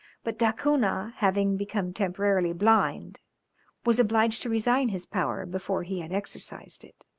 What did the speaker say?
but da cunha having become temporarily blind was obliged to resign his power before he had exercised it.